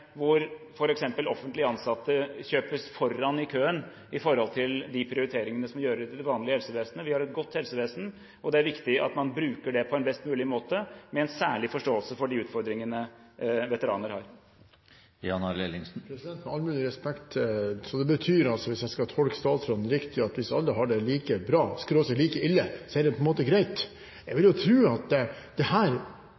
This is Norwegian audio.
hvor f.eks. offentlig ansatte kjøpes foran i køen med hensyn til de prioriteringene som gjøres i det vanlige helsevesenet. Vi har et godt helsevesen, og det er viktig at man bruker det på en best mulig måte, med en særlig forståelse for de utfordringene veteraner har. Med all mulig respekt: Det betyr altså, hvis jeg skal tolke statsråden riktig, at hvis alle har det like bra/like ille, er det på en måte greit. Jeg vil